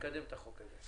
לא קיבלתי תשובה.